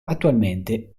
attualmente